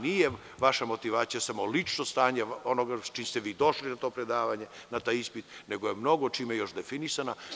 Nije vaša motivacija samo lično stanje, samo ono sa čime ste došli na predavanje, na ispit, nego je mnogo čime još definisana.